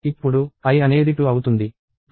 కాబట్టి ఇది లూప్ యొక్క ఒక బాడీ